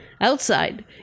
outside